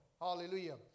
Hallelujah